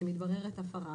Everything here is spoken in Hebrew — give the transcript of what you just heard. כשמתבררת הפרה,